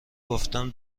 گفتم